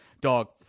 dog